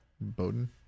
Bowden